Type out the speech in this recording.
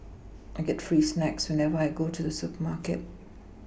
I get free snacks whenever I go to the supermarket